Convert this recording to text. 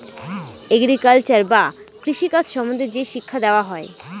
agriculture বা কৃষি কাজ সম্বন্ধে যে শিক্ষা দেওয়া হয়